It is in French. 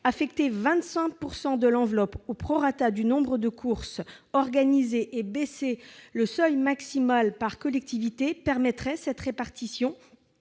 affecter 25 % de l'enveloppe au prorata du nombre de réunions de courses organisées et baisser le seuil maximal par collectivité permettraient cette répartition